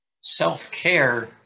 self-care